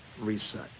reset